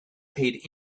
paid